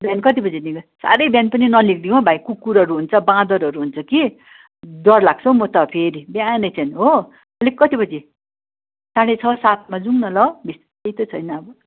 बिहान कति बजी निक्लिँदा साह्रै बिहान पनि ननिस्किउँ हो भाइ कुकुरहरू हुन्छ बाँदरहरू हुन्छ कि डर लाग्छ हो म त फेरि बिहानै चाहिँ हो अलिक कति बजी साढे छ सातमा जाउँ न ल त्यस्तो केही त छैन अब